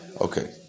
Okay